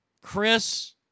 Chris